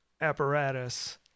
apparatus